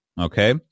Okay